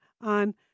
on